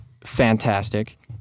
fantastic